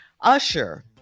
Usher